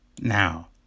now